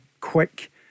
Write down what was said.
quick